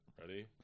ready